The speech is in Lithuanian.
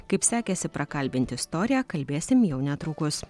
kaip sekėsi prakalbinti istoriją kalbėsim jau netrukus